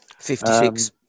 56